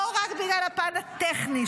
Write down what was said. לא רק בגלל הפן הטכני,